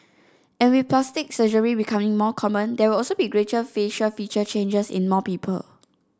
and with plastic surgery becoming more common there will also be greater facial feature changes in more people